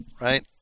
Right